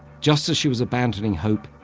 just as she was abandoning hope,